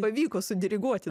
pavyko sudiriguoti